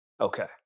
Okay